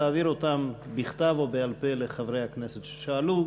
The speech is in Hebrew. תעביר אותן או בכתב או בעל-פה לחברי הכנסת ששאלו.